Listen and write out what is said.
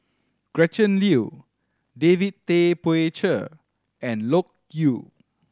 Gretchen Liu David Tay Poey Cher and Loke Yew